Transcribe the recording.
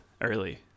early